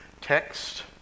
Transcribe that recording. text